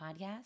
Podcast